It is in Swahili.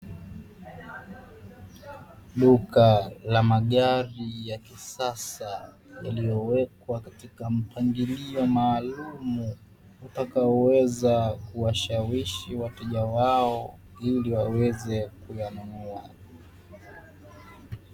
Duka la magari ya kisasa yaliyowekwa katika mpangilio maalumu utakao weza kuwashawishi wateja wao ili waweze kuyanunua.